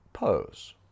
pose